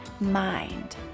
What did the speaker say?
mind